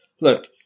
look